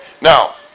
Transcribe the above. Now